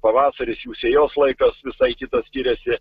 pavasaris jų sėjos laikas visai kitas skiriasi